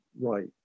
right